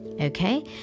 okay